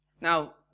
Now